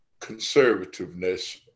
conservativeness